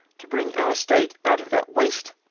to bring our estate out of that waste,